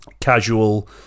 casual